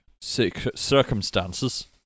circumstances